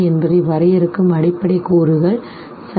என்பதை வரையறுக்கும் அடிப்படை கூறுகள் சரி